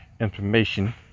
information